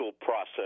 process